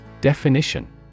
Definition